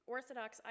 Orthodox